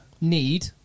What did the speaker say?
need